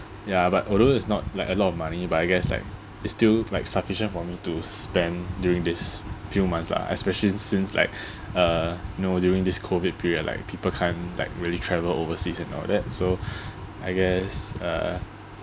ya but although it's not like a lot of money but I guess like it's still like sufficient for me to spend during these few months lah especially since like uh you know during this COVID period like people can't like really travel overseas and all that so I guess uh